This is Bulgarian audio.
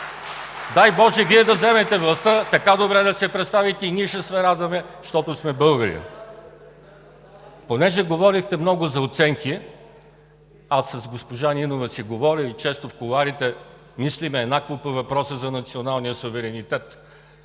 дай боже, Вие да вземете властта и така добре да се представите, и ние ще се радваме, защото сме българи. Понеже говорихте много за оценки. Аз с госпожа Нинова си говоря често в кулоарите, мислим еднакво по въпроса за националния суверенитет,